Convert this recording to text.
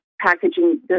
Packaging